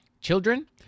children